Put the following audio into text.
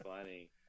funny